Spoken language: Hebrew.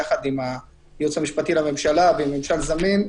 יחד עם הייעוץ המשפטי לממשלה ועם ממשל זמין.